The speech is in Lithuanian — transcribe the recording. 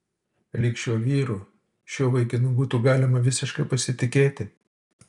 lyg šiuo vyru šiuo vaikinu būtų galima visiškai pasitikėti